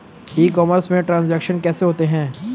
ई commerce में transaction कैसे होता है?